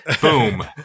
boom